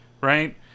right